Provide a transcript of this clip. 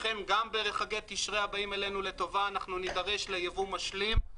לכן גם בחגי תשרי הבאים עלינו לטובה אנחנו נידרש לייבוא משלים,